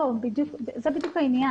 לא, זה בדיוק העניין.